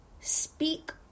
speak